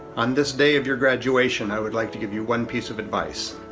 on this day of your graduation, i would like to give you one piece of advice.